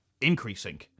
increasing